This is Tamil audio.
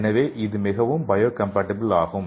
எனவே இது மிகவும் பயோகம்பாட்டிபிள் ஆகும்